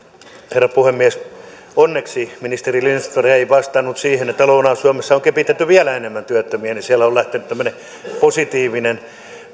herra puhemies onneksi ministeri lindström ei vastannut siihen niin että kun lounais suomessa on kepitetty vielä enemmän työttömiä niin siellä on lähtenyt tämmöinen positiivinen